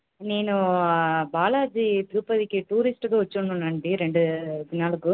నేను ఆ బాలాజీ తిరుపతికి టూరిస్ట్గా వచ్చి ఉన్నానండి రెండు దినాలకు